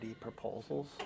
proposals